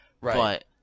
Right